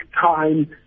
time